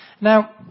Now